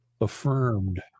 Affirmed